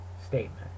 statement